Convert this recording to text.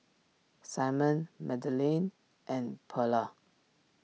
Simon Madeleine and Pearla